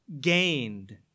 gained